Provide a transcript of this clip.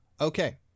okay